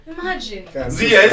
Imagine